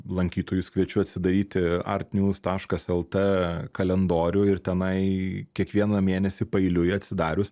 lankytojus kviečiu atsidaryti art njuz taškas el t kalendorių ir tenai kiekvieną mėnesį paeiliui atsidarius